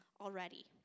already